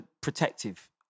protective